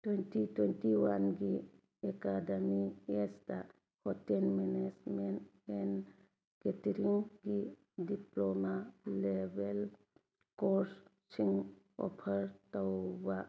twenty twenty ꯋꯥꯟꯒꯤ academic ꯏꯌꯥꯔꯁꯇ hotel management and ꯀꯦꯇꯔꯤꯡꯒꯤ ꯗꯤꯄ꯭ꯂꯣꯃꯥ ꯂꯦꯕꯦꯜ ꯀꯣꯔ꯭ꯁꯁꯤꯡ ꯑꯣꯐꯔ ꯇꯧꯕ